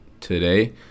today